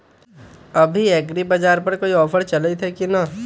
अभी एग्रीबाजार पर कोई ऑफर चलतई हई की न?